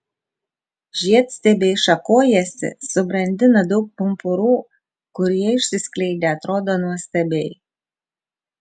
žiedstiebiai šakojasi subrandina daug pumpurų kurie išsiskleidę atrodo nuostabiai